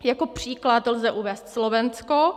Jako příklad lze uvést Slovensko.